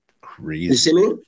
crazy